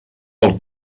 del